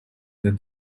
that